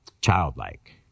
Childlike